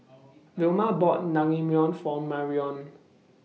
Vilma bought Naengmyeon For Marrion